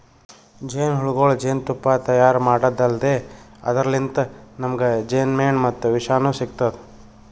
ಜೇನಹುಳಗೊಳ್ ಜೇನ್ತುಪ್ಪಾ ತೈಯಾರ್ ಮಾಡದ್ದ್ ಅಲ್ದೆ ಅದರ್ಲಿನ್ತ್ ನಮ್ಗ್ ಜೇನ್ಮೆಣ ಮತ್ತ್ ವಿಷನೂ ಸಿಗ್ತದ್